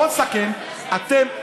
בוא נסכם: אתם,